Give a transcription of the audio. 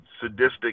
sadistic